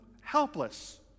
Helpless